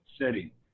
city